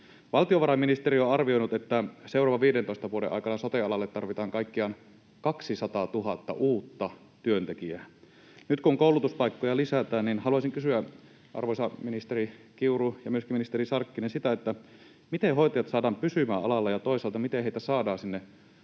Valtiovarainministeriö on arvioinut, että seuraavan 15 vuoden aikana sote-alalle tarvitaan kaikkiaan 200 000 uutta työntekijää. Nyt kun koulutuspaikkoja lisätään, niin haluaisin kysyä, arvoisa ministeri Kiuru ja myöskin ministeri Sarkkinen: miten hoitajat saadaan pysymään alalla ja miten heitä toisaalta saadaan sinne